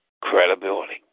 Credibility